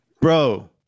Bro